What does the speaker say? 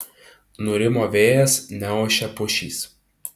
nurimo vėjas neošia pušys